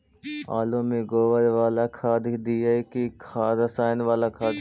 आलु में गोबर बाला खाद दियै कि रसायन बाला खाद?